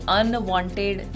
unwanted